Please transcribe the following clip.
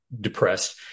depressed